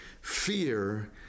fear